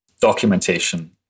Documentation